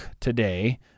today